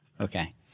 Okay